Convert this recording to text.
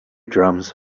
drums